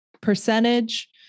percentage